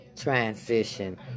transition